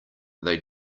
they